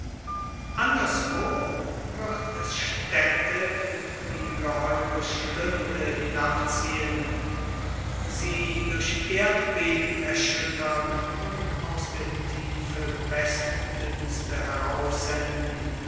anderswo wird es städte in ungeheure schlünde hinabziehen sie durch erdbeben erschüttern und aus der tiefe